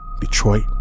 Detroit